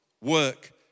work